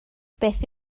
beth